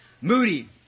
Moody